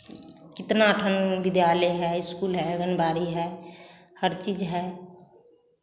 कितना विद्यालय है स्कूल है आंगनबाड़ी है हर चीज़ हैं